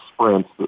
sprints